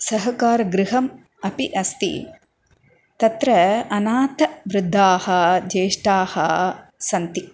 सहकारगृहम् अपि अस्ति तत्र अनाथाः वृद्धाः ज्येष्ठाः सन्ति